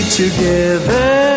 together